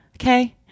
Okay